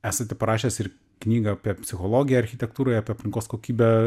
esate parašęs ir knygą apie psichologiją architektūroje apie aplinkos kokybę